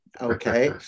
okay